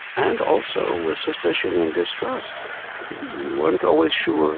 and also with suspicion and distrust. you weren't always sure